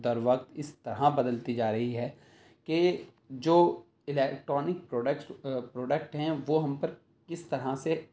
در وقت اس طرح بدلتی جا رہی ہے کہ جو الکٹرانک پروکٹس پروڈکٹ ہیں وہ ہم پر کس طرح سے